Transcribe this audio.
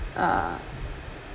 uh